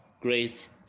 grace